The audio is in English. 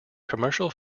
commercial